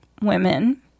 women